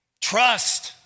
Trust